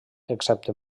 excepte